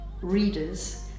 readers